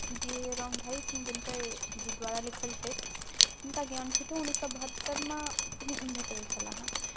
जे रामधारी सिंह दिनकरजी द्वारा लिखल छथि हुनका ज्ञानपीठो उनैस सओ बहत्तरिमे भेटल छ्ल हँ